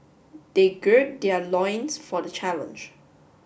they gird their loins for the challenge